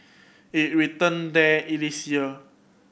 it return there in this year